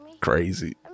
crazy